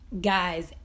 Guys